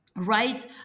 right